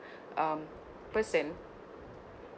um person